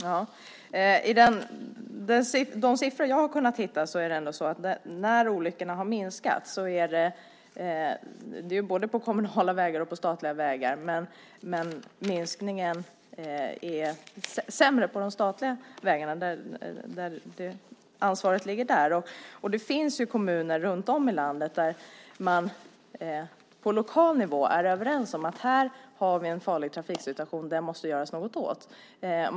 Herr talman! Enligt de siffror som jag har kunnat hitta är det ändå så att när olyckorna har minskat är det både på kommunala vägar och statliga vägar, men minskningen är lägre på de statliga vägarna när ansvaret ligger där. Det finns ju kommuner runtom i landet där man på lokal nivå är överens om att här har vi en farlig trafiksituation. Den måste det göras något åt.